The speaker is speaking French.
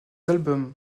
albums